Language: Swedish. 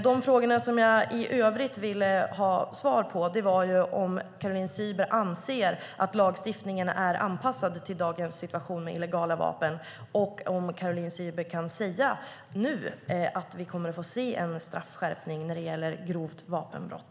De frågor som jag i övrigt ville ha svar på var om Caroline Szyber anser att lagstiftningen är anpassad till dagens situation med illegala vapen och om Caroline Szyber nu kan säga att vi kommer att få se en straffskärpning när det gäller grovt vapenbrott.